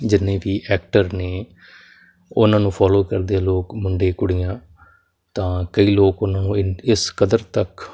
ਜਿੰਨੇ ਵੀ ਐਕਟਰ ਨੇ ਉਹਨਾਂ ਨੂੰ ਫੋਲੋ ਕਰਦੇ ਲੋਕ ਮੁੰਡੇ ਕੁੜੀਆਂ ਤਾਂ ਕਈ ਲੋਕ ਨੂੰ ਇਸ ਕਦਰ ਤੱਕ